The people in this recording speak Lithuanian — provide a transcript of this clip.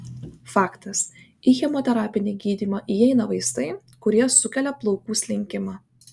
faktas į chemoterapinį gydymą įeina vaistai kurie sukelia plaukų slinkimą